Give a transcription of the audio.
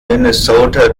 minnesota